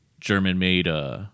German-made